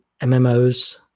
MMOs